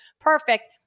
perfect